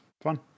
fun